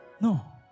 No